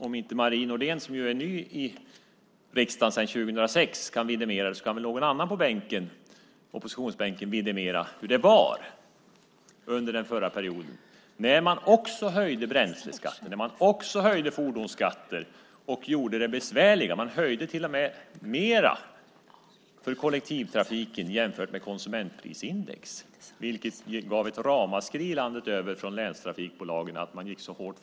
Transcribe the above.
Om inte Marie Nordén, som är ny i riksdagen sedan 2006, kan vidimera det kan väl någon annan på oppositionsbänken vidimera hur det var under den förra mandatperioden. Även då höjde man bränsleskatten. Även då höjde man fordonsskatter och gjorde det besvärligare. Man till och med höjde mer för kollektivtrafiken än ökningen av konsumentprisindex. Att man gick så hårt fram utlöste ett ramaskri bland länstrafikbolagen landet runt.